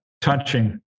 touching